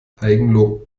eigenlob